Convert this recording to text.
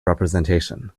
representation